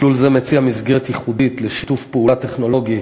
מסלול זה מציע מסגרת ייחודית לשיתוף פעולה טכנולוגי